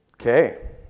Okay